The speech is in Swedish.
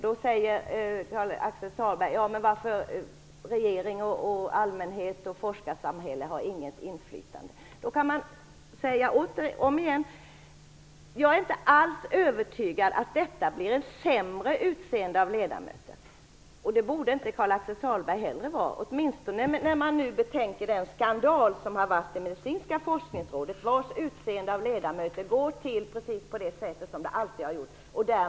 Men Karl-Axel Sahlberg talar om regeringen, allmänheten och forskarsamhället och säger att inflytande saknas. Återigen: Jag är inte alls övertygad om att vi här har ett sämre utseende av ledamöter. Inte heller Karl Axel Sahlberg borde vara övertygad på den punkten, med tanke på den skandal som varit i Medicinska forskningsrådet. Utseendet av ledamöter går där till på precis samma sätt som tidigare.